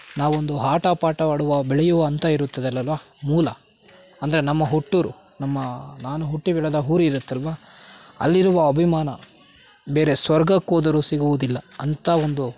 ನಾವೊಂದು ಆಟ ಪಾಠವಾಡುವ ಬೆಳೆಯುವ ಹಂತ ಇರುತ್ತದಲ ಲಲ್ವಾ ಮೂಲ ಅಂದರೆ ನಮ್ಮ ಹುಟ್ಟೂರು ನಮ್ಮ ನಾನು ಹುಟ್ಟಿ ಬೆಳೆದ ಊರು ಇರುತ್ತಲ್ವ ಅಲ್ಲಿರುವ ಅಭಿಮಾನ ಬೇರೆ ಸ್ವರ್ಗಕ್ಕೋದರೂ ಸಿಗುವುದಿಲ್ಲ ಅಂತ ಒಂದು